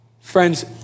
Friends